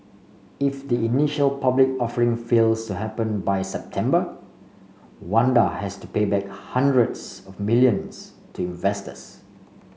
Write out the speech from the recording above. if the initial public offering fails happen by September Wanda has to pay back hundreds of millions to investors